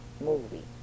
movie